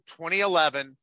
2011